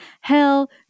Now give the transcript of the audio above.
hell